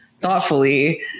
thoughtfully